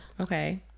Okay